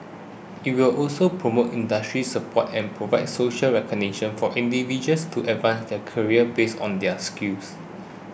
it will also promote industry support and provide social recognition for individuals to advance their careers based on their skills